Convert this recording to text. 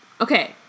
okay